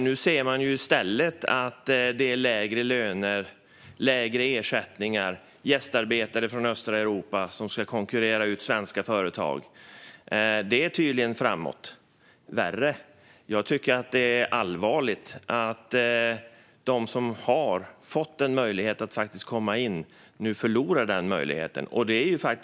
Nu ser man i stället att det är lägre löner, lägre ersättningar och gästarbetare från östra Europa som ska konkurrera ut svenska företag. Det är tydligen framåt värre. Det är allvarligt att de som har fått en möjlighet att komma in nu förlorar den möjligheten.